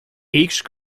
each